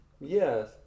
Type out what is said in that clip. Yes